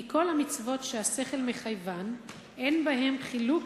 כי כל המצוות שהשכל מחייבן אין בהן חילוק